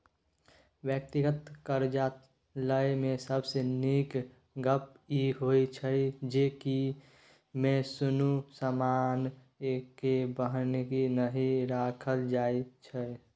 व्यक्तिगत करजा लय मे सबसे नीक गप ई होइ छै जे ई मे कुनु समान के बन्हकी नहि राखल जाइत छै